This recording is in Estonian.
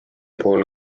puhul